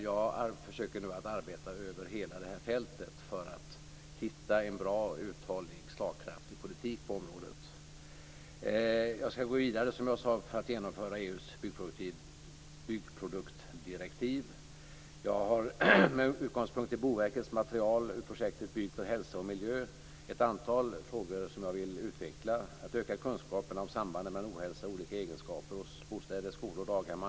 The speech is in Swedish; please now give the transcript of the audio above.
Jag försöker nu att arbeta över hela fältet för att hitta en bra, uthållig och slagkraftig politik på området. Jag skall gå vidare för att genomföra EU:s byggproduktdirektiv. Jag har med utgångspunkt i Boverkets material från projektet Bygg för hälsa och miljö ett antal frågor som jag vill utveckla. Det är bl.a. att öka kunskaperna om sambandet mellan ohälsa och olika egenskaper hos bostäder, skolor och daghem.